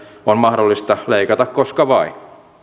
on mahdollista leikata koska vain